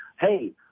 hey –